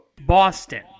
Boston